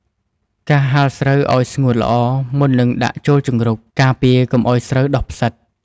ការហាលស្រូវឱ្យស្ងួតល្អ មុននឹងដាក់ចូលជង្រុក ការពារកុំឱ្យស្រូវដុះផ្សិត។